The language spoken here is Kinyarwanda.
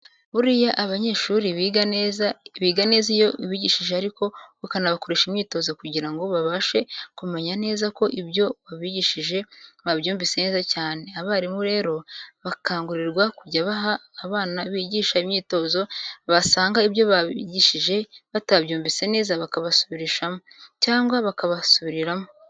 Buriya abanyeshuri biga neza iyo ubigishije ariko ukanabakoresha imyitozo kugira ngo ubashe kumenya neza ko ibyo wabigishije babyumvise neza cyane. Abarimu rero bakangurirwa kujya baha abana bigisha imyitozo, basanga ibyo babigishije batabyumva neza bakabasubirishamo, cyangwa bakabasubiriramo.